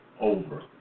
over